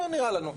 לא נראה לנו,